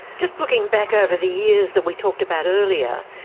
just looking back over the years that we talked about earlier,